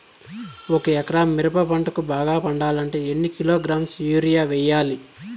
ఒక ఎకరా మిరప పంటకు బాగా పండాలంటే ఎన్ని కిలోగ్రామ్స్ యూరియ వెయ్యాలి?